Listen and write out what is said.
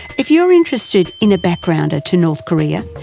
if you're interested in a backgrounder to north korea,